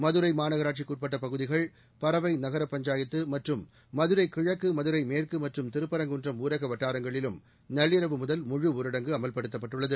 மதுரை மாநகராட்சிக்குட்பட்ட பகுதிகள் பரவை நகரப் பஞ்சாயத்து மற்றும் மதுரை கிழக்கு மதுரை மேற்கு மற்றும் திருப்பரங்குன்றம் ஊரக வட்டாரங்களிலும் நள்ளிரவு முதல் முழுஊரடங்கு அமல்படுத்தப்பட்டுள்ளது